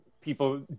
people